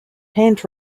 hand